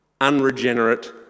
unregenerate